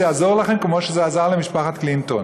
זה יעזור לכם כמו שזה עזר למשפחת קלינטון.